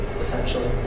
essentially